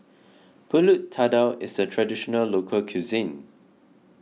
Pulut Tatal is a Traditional Local Cuisine